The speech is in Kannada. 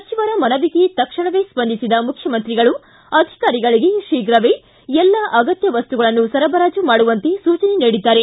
ಸಚಿವರ ಮನವಿಗೆ ತಕ್ಷಣವೇ ಸ್ಪಂದಿಸಿದ ಮುಖ್ಯಮಂತ್ರಿಗಳು ಅಧಿಕಾರಿಗಳಿಗೆ ಶೀಘವೆ ಎಲ್ಲ ಅಗತ್ತ ವಸ್ತುಗಳನ್ನು ಸರಬರಾಜು ಮಾಡುವಂತೆ ಸೂಚನೆ ನೀಡಿದ್ದಾರೆ